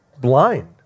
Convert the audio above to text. blind